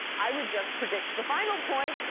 i would just predict the final point,